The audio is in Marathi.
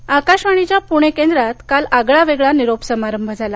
निरोप आकाशवाणीच्या पूणे केंद्रात काल आगळावेगळा निरोप समारंभ झाला